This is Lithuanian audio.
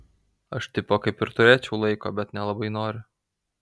aš tipo kaip ir turėčiau laiko bet nelabai noriu